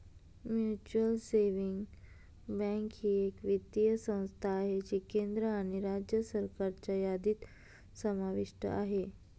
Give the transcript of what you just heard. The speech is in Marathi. म्युच्युअल सेविंग्स बँक ही एक वित्तीय संस्था आहे जी केंद्र आणि राज्य सरकारच्या यादीत समाविष्ट आहे